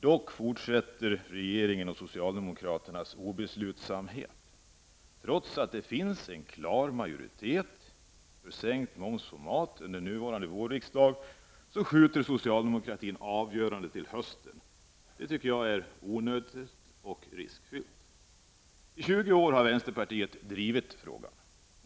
Dock fortsätter regeringens och socialdemokraternas obeslutsamhet. Trots att det finns en klar majoritet för sänkt moms på mat under nuvarande vårriksdag, skjuter socialdemokratin avgörandet till hösten. Det tycker jag är onödigt och riskfyllt. I 20 år har vänsterpartiet drivit frågan.